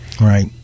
Right